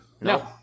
No